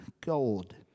gold